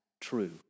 true